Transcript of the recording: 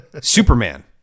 Superman